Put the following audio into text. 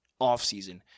offseason